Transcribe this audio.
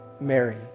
Mary